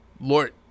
Lord